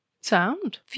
Sound